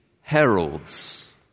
heralds